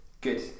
good